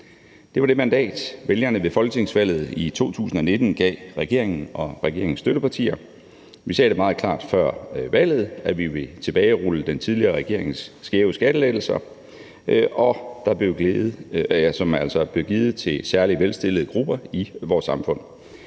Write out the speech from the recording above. Det var det mandat, vælgerne ved folketingsvalget i 2019 gav regeringen og regeringens støttepartier. Vi sagde meget klart før valget, at vi ville tilbagerulle den tidligere regerings skæve skattelettelser, som altså blev givet til særlig velstillede grupper i vores samfund.